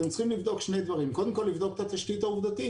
אתם צריכים לבדוק שני דברים: קודם כל לבדוק את התשתית העובדתית.